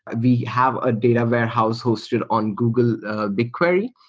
we have a data warehouse hosted on google bigquery.